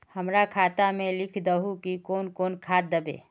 हमरा खाता में लिख दहु की कौन कौन खाद दबे?